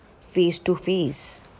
face-to-face